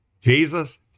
Jesus